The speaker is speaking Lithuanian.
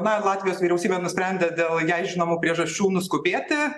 na latvijos vyriausybė nusprendė dėl jai žinomų priežasčių nuskubėti